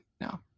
No